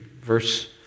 verse